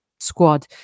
squad